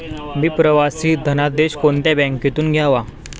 मी प्रवासी धनादेश कोणत्या बँकेतून घ्यावा?